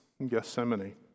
Gethsemane